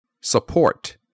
Support